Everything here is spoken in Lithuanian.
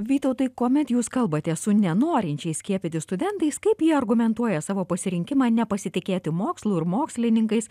vytautai kuomet jūs kalbate su nenorinčiais skiepytis studentais kaip jie argumentuoja savo pasirinkimą nepasitikėti mokslu ir mokslininkais